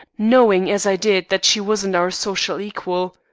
knowing as i did that she wasn't our social equal